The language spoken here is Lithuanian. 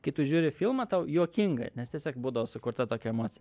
kai tu žiūri filmą tau juokinga nes tiesiog būdavo sukurta tokia emocija